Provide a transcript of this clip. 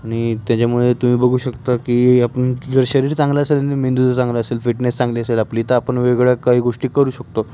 आणि त्याच्यामुळे तुम्ही बघू शकता की आपण जर शरीर चांगलं असेल आणि मेंदू जर चांगला असेल फिटनेस चांगली असेल आपली तर आपण वेगळ्या काही गोष्टी करू शकतो